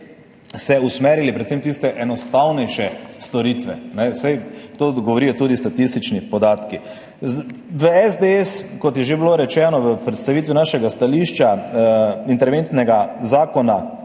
usmerili predvsem v tiste enostavnejše storitve. Saj to govorijo tudi statistični podatki. V SDS, kot je že bilo rečeno v predstavitvi našega stališča, interventnega zakona,